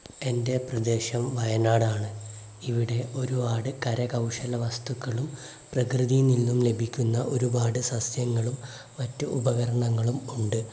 എൻ്റെ പ്രദേശം വയനാടാണ് ഇവിടെ ഒരുപാട് കരകൗശല വസ്തുക്കളും പ്രകൃതിയിൽ നിന്നും ലഭിക്കുന്ന ഒരുപാട് സസ്യങ്ങളും മറ്റു ഉപകരണങ്ങളുമുണ്ട്